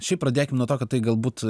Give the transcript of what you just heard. šiaip pradėkim nuo to kad tai galbūt